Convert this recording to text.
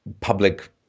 public